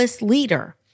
leader